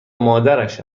مادرش